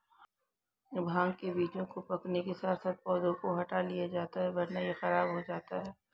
भांग के बीजों को पकने के साथ साथ पौधों से हटा लिया जाता है वरना यह खराब हो जाता है